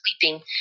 sleeping